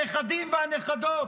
הנכדים והנכדות?